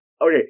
okay